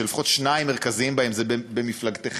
שלפחות שניים מרכזיים בהם במפלגתכם,